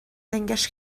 لنگش